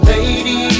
Lady